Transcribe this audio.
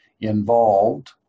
involved